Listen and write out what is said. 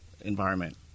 environment